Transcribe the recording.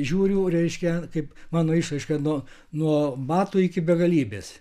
žiūriu reiškia kaip mano išraiška nuo nuo batų iki begalybės